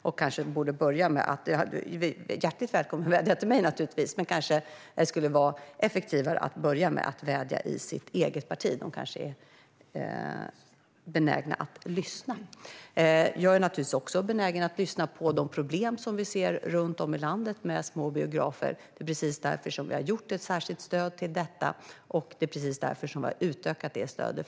Olof Lavesson är naturligtvis hjärtligt välkommen att vädja till mig, men det kanske skulle vara effektivare att börja med att vädja i sitt eget parti. De är kanske benägna att lyssna. Jag är naturligtvis också benägen att lyssna på de problem som vi ser runt om i landet med små biografer. Det är precis därför som vi har gjort ett särskilt stöd till detta, och det är precis därför som vi har utökat det stödet.